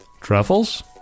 Truffles